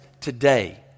today